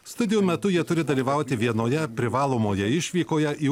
studijų metu jie turi dalyvauti vienoje privalomoje išvykoje į